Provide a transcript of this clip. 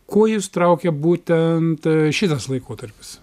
kuo jus traukia būtent šitas laikotarpis